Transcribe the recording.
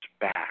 back